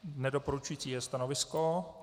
Nedoporučující stanovisko.